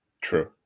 True